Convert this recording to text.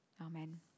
Amen